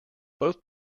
both